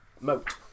moat